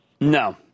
No